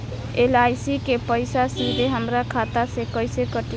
LIC के पईसा सीधे हमरा खाता से कइसे कटी?